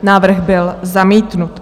Návrh byl zamítnut.